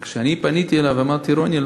וכשאני פניתי אליו ואמרתי: רוני,